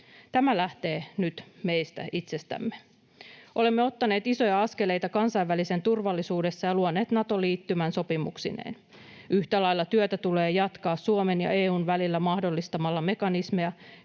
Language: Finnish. Tämä lähtee nyt meistä itsestämme. Olemme ottaneet isoja askeleita kansainvälisessä turvallisuudessa ja luoneet Nato-liittymän sopimuksineen. Yhtä lailla työtä tulee jatkaa Suomen ja EU:n välillä mahdollistamalla mekanismeja,